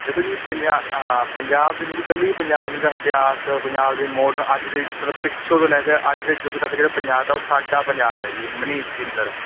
ਦੇਖੋ ਜੀ ਪੰਜਾਬ ਹਾਂ ਪੰਜਾਬ ਦੇ ਤੁਸੀਂ ਇਕੱਲੀ ਪੰਜਾਬ ਦੀ ਤਾਂ ਇਤਿਹਾਸ ਪੰਜਾਬ ਦੇ ਮਾਡਰਨ ਅੱਜ ਦੇ ਮਤਲਬ ਪਿੱਛੋਂ ਤੋਂ ਲੈ ਕੇ ਅੱਜ ਦੇ ਯੁੱਗ ਤੱਕ ਜਿਹੜਾ ਪੰਜਾਬ ਤਾ ਉਹ ਸਾਡਾ ਪੰਜਾਬ ਹੈ ਜੀ ਮਨੀਸ਼ ਜਿੰਦਲ